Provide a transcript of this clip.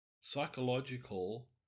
psychological